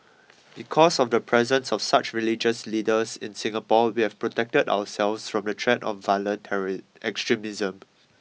because of the presence of such religious leaders in Singapore we have protected ourselves from the threat of violent terry extremism